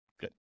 Good